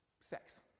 Sex